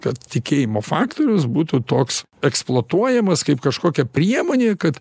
kad tikėjimo faktorius būtų toks eksploatuojamas kaip kažkokia priemonė kad